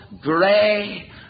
grey